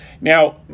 Now